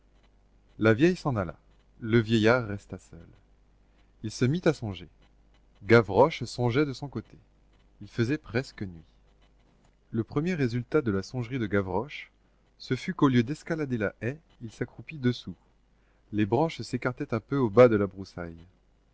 la vieille s'en alla le vieillard resta seul il se mit à songer gavroche songeait de son côté il faisait presque nuit le premier résultat de la songerie de gavroche ce fut qu'au lieu d'escalader la haie il s'accroupit dessous les branches s'écartaient un peu au bas de la broussaille